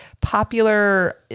popular